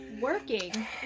working